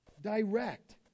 Direct